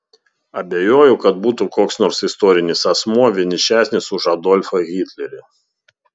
abejoju kad būtų koks nors istorinis asmuo vienišesnis už adolfą hitlerį